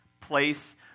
place